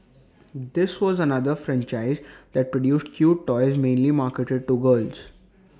this was another franchise that produced cute toys mainly marketed to girls